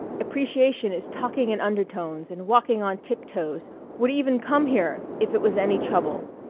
appreciation is talking in undertones and walking on tiptoes would even come here if it was any trouble?